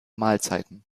mahlzeiten